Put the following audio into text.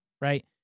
right